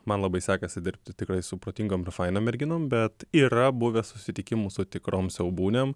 man labai sekasi dirbti tikrai su protingom ir fainom merginom bet yra buvę susitikimų su tikrom siaubūnėm